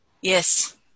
Yes